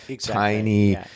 tiny